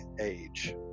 age